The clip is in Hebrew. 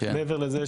מעבר לזה,